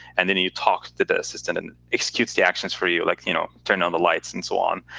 and then you you talk to the assistant, and it executes the actions for you, like you know turn on the lights and so on.